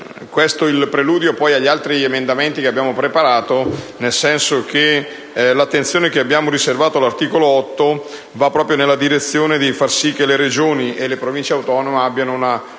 Questo è il preludio agli altri emendamenti che abbiamo preparato, nel senso che l'attenzione da noi riservata all'articolo 8 va proprio nella direzione di far sì che le Regioni e le Province autonome abbiano una